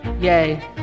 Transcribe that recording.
Yay